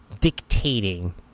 dictating